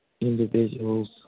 individuals